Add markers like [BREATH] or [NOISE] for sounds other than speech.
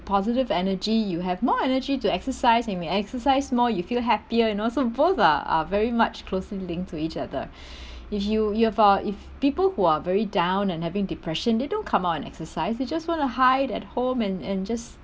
positive energy you have more energy to exercise and when you exercise more you feel happier you know so both are are very much closely linked to each other [BREATH] if you you have a if people who are very down and having depression they don't come out and exercise they just want to hide at home and and just